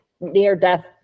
near-death